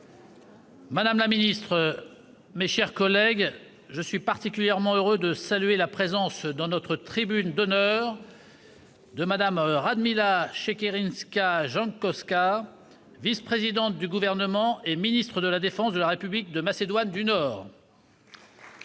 Madame la ministre, mes chers collègues, je suis particulièrement heureux de saluer la présence dans notre tribune d'honneur de Mme Radmila Shekerinska-Jankovska, vice-présidente du Gouvernement et ministre de la défense de la République de Macédoine du Nord.